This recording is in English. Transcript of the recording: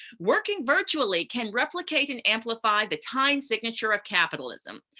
working virtually can replicate and amplify the time signature of capitalism.